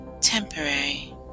temporary